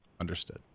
Understood